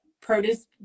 produce